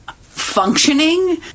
functioning